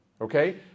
okay